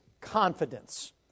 confidence